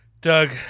Doug